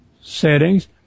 settings